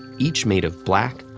each made of black,